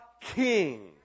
King